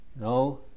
No